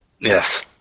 Yes